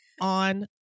on